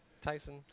Tyson